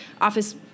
office